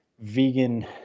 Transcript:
vegan